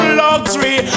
luxury